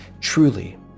Truly